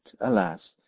alas